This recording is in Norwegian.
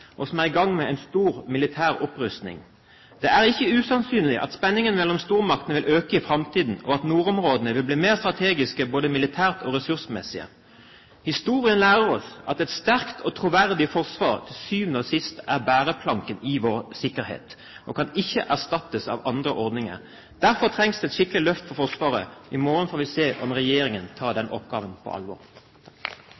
og som er i gang med en stor militær opprustning. Det er ikke usannsynlig at spenningen mellom stormaktene vil øke i framtiden, og at nordområdene vil bli mer strategiske både militært og ressursmessig. Historien lærer oss at et sterkt og troverdig forsvar til syvende og sist er bæreplanken i vår sikkerhet, og kan ikke erstattes av andre ordninger. Derfor trengs det et skikkelig løft for Forsvaret. I morgen får vi se om regjeringen tar den